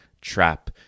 trap